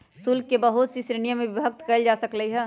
शुल्क के बहुत सी श्रीणिय में विभक्त कइल जा सकले है